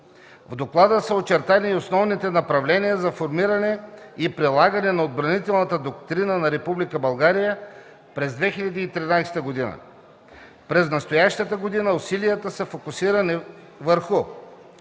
В доклада са очертани и основните направления за формулиране и прилагане на отбранителната политика на Република България през 2013 г. През настоящата година усилията са фокусирани върху: